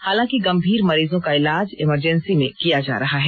हालांकि गंभीर मरीजों को इलाज इमरजेंसी में किया जा रहा है